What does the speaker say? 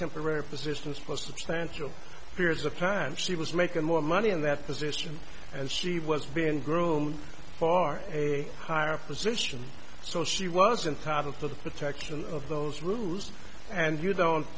temporary persistence plus substantial periods of time she was making more money in that position and she was being groomed far a higher position so she was entitled to the protection of those rules and you don't